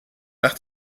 nach